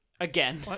Again